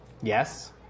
Yes